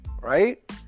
right